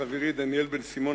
לחברי דניאל בן-סימון,